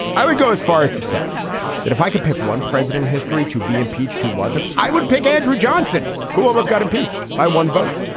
i would go as far as to say that if i could pick one president history to be impeached who was an i would pick andrew johnson who almost got impeached by one vote.